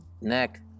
neck